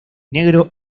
negro